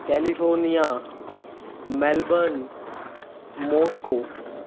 California Melbourne Moscow